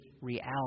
reality